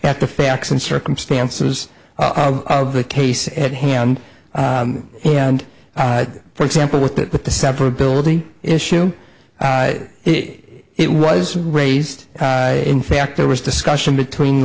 at the facts and circumstances of the case at hand and for example with that with the separate building issue it it was raised in fact there was discussion between